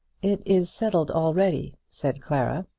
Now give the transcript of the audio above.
it is settled already, said clara.